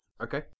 Okay